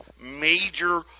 major